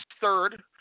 third